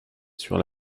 sur